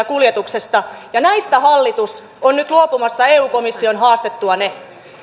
kuljetuksesta ja näistä hallitus on nyt luopumassa eu komission haastettua ne